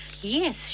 Yes